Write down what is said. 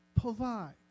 provides